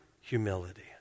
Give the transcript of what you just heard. humility